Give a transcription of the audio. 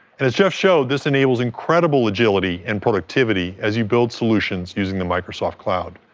and as jeff showed, this enables incredible agility and productivity as you build solutions using the microsoft cloud.